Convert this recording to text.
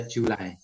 July